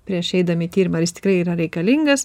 prieš eidami į tyrimą ar jis tikrai yra reikalingas